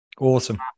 Awesome